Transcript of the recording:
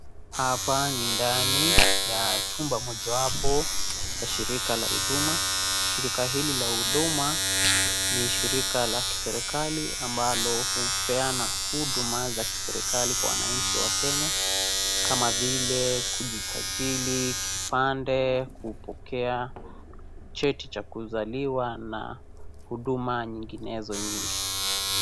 Hapa ni ndani ya chumba mojawapo ya shirika la huduma, shirika hili lashuduma ni shirika la kiserikali ambalo hupeana huduma za kiserikali kwa wananchi wa kenya kama vile kujisajili kipande, kupokea cheti cha kuzaliwa, na huduma nyinginezo nyingi